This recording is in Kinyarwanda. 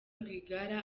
rwigara